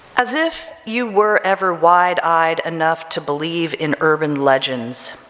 as if you were ever wide-eyed enough to believe in urban legends,